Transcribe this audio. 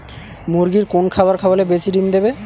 মুরগির কোন খাবার খাওয়ালে বেশি ডিম দেবে?